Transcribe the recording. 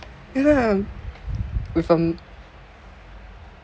ya with um